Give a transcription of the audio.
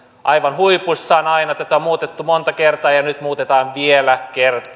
aivan huipussaan aina tätä on muutettu monta kertaa ja nyt muutetaan vielä kerran